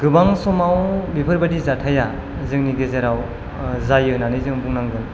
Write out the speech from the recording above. गोबां समाव बेफोरबायदि जाथाया जोंनि गेजेराव जायो होननानै जों बुंनांगोन